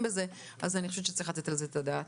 בזה אז אני חושבת שצריך לתת על זה את הדעת.